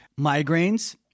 Migraines